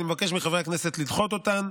אני מבקש מחברי הכנסת לדחות אותן,